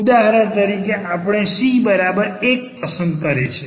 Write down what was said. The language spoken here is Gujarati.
ઉદાહરણ તરીકે આપણે c1 પસંદ કરે છે